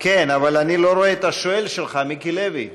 כן, אבל אני לא רואה את השואל שלך, מיקי לוי.